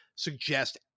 suggest